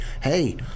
hey